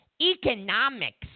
economics